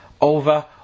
over